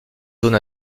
zones